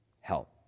help